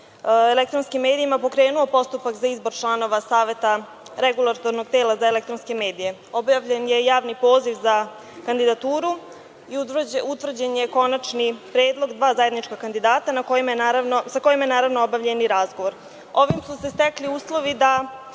elektronskim medijima pokrenuo postupak za izbor članova Saveta Regulatornog tela za elektronske medije. Objavljen je javni poziv za kandidaturu i utvrđen je konačni predlog dva zajednička kandidata sa kojima je naravno obavljen i razgovor. Ovim su se stekli uslovi da